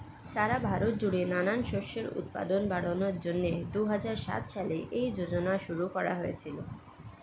সারা ভারত জুড়ে নানান শস্যের উৎপাদন বাড়ানোর জন্যে দুহাজার সাত সালে এই যোজনা শুরু করা হয়েছিল